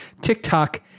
TikTok